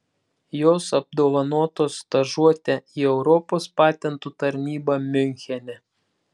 jos apdovanotos stažuote į europos patentų tarnybą miunchene